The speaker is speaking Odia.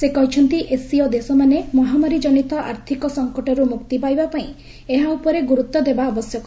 ସେ କହିଛନ୍ତି ଏସ୍ସିଓ ଦେଶମାନେ ମହାମାରୀଜନିତ ଆର୍ଥକ ସଙ୍କଟରୁ ମୁକ୍ତି ପାଇବାପାଇଁ ଏହା ଉପରେ ଗୁରୁତ୍ୱ ଦେବା ଆବଶ୍ୟକ